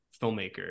filmmaker